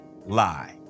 lie